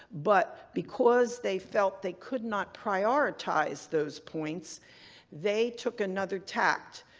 but because they felt they could not prioritize those points they took another tact.